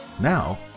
Now